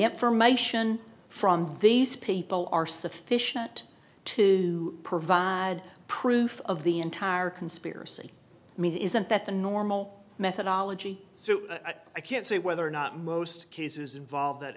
end for mation from these people are sufficient to provide proof of the entire conspiracy i mean isn't that the normal methodology so i can't say whether or not most cases involve that